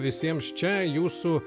visiems čia jūsų